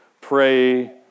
pray